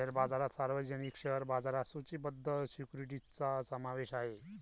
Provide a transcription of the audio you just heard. share बाजारात सार्वजनिक share बाजारात सूचीबद्ध सिक्युरिटीजचा समावेश आहे